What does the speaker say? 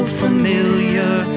familiar